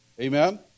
Amen